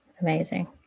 amazing